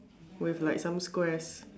with like some squares